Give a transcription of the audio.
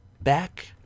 back